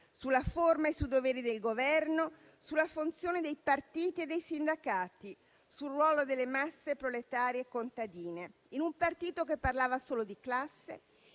sulla forma e sui doveri del Governo, sulla funzione dei partiti e dei sindacati, sul ruolo delle masse proletarie e contadine. In un partito che parlava solo di classe,